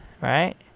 right